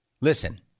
Listen